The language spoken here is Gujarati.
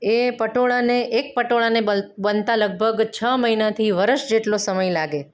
એ પટોળાને એક પટોળાને બલ બનતા લગભગ છ મહિનાથી વર્ષ જેટલો સમય લાગે